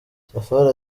safari